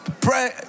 Pray